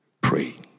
pray